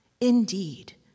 Indeed